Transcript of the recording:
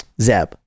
Zeb